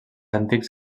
antics